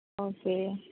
okay